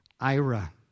Ira